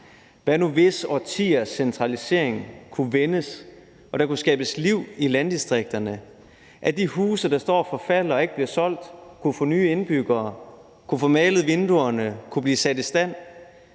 Hvad nu, hvis årtiers centralisering kunne vendes og der kunne skabes liv i landdistrikterne, så de huse, der står og forfalder, og som ikke kan blive solgt, fik nye beboere, kunne få malet vinduerne, kunne blive sat i stand,